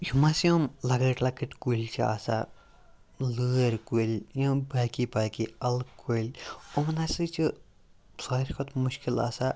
یِم ہَسا یِم لۄکٕٹۍ لۄکٕٹۍ کُلۍ چھِ آسان لٲرۍ کُلۍ یِم باقٕے باقٕے اَلہٕ کُلۍ یِمَن ہَسا چھِ ساروی کھۄتہٕ مُشکل آسان